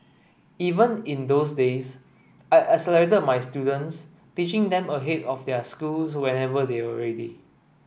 even in those days I accelerated my students teaching them ahead of their schools whenever they were ready